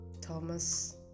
Thomas